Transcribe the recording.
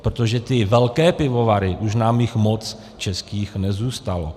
Protože ty velké pivovary, už nám jich moc českých nezůstalo.